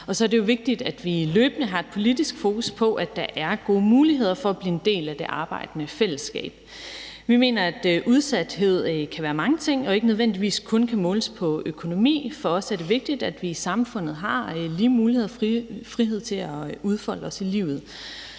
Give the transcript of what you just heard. Og så er det jo vigtigt, at vi løbende har et politisk fokus på, at der er gode muligheder for at blive en del af det arbejdende fællesskab. Vi mener, at udsathed kan være mange ting og ikke nødvendigvis kun kan måles på økonomi. For os er det vigtigt, at vi i samfundet har lige muligheder og frihed til at udfolde os i livet.